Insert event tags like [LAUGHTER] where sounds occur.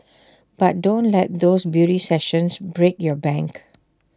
[NOISE] but don't let those beauty sessions break your bank